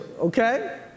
Okay